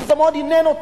כי זה מאוד עניין אותי,